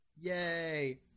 yay